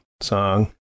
song